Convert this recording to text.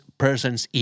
person's